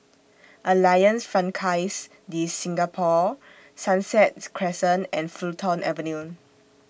Alliance Francaise De Singapour Sunsets Crescent and Fulton Avenue